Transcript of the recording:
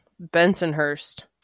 Bensonhurst